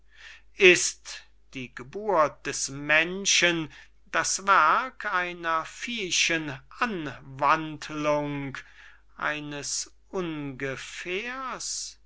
ist die geburt des menschen das werk einer viehischen anwandlung eines ungefährs